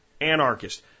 anarchist